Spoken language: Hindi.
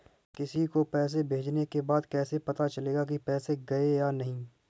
किसी को पैसे भेजने के बाद कैसे पता चलेगा कि पैसे गए या नहीं?